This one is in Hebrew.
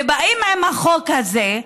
ובאים עם החוק הזה,